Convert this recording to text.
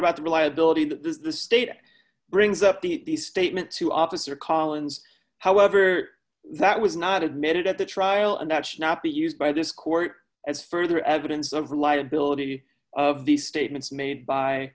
reliability that is the state brings up the statement to officer collins however that was not admitted at the trial and that should not be used by this court as further evidence of reliability of the statements made by